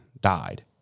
died